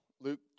Luke